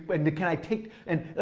and can i take, and